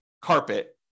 carpet